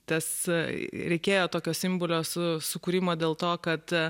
tas reikėjo tokio simbolio su sukūrimą dėl to kad